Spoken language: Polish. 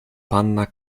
panna